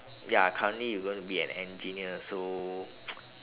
ya currently you going to be an engineer so